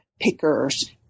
pickers